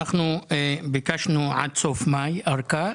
אנחנו ביקשנו עד סוף מאי ארכה,